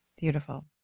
beautiful